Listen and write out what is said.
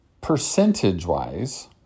percentage-wise